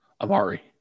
Amari